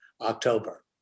October